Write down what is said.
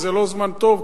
וזה לא זמן טוב,